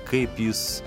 kaip jis